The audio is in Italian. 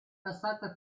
passata